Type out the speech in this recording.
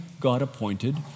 God-appointed